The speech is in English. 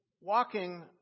walking